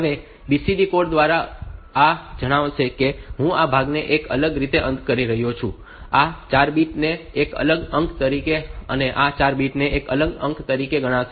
હવે BCD code દ્વારા આ જણાવશે કે હું આ ભાગને એક અલગ અંક તરીકે આ 4 બિટ્સ ને એક અલગ અંક તરીકે અને આ 4 બિટ્સ ને એક અલગ અંક તરીકે ગણીશ